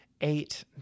eight